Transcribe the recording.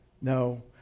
No